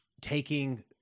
taking